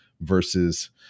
versus